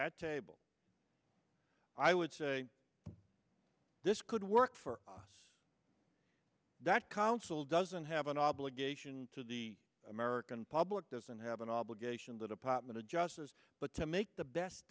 that table i would say this could work for us that counsel doesn't have an obligation to the american public doesn't have an obligation the department of justice but to make the best